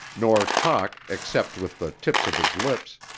nor talk except with the tips of his lips,